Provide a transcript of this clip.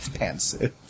pantsuit